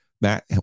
Matt